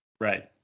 Right